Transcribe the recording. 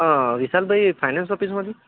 હં વિશાલભાઈ ફાઇનાન્સ ઓફિસમાંથી